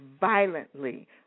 violently